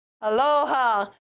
Aloha